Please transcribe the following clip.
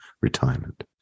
retirement